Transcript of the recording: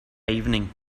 evening